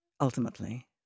ultimately